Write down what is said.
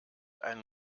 einen